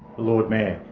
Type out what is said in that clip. lord mayor.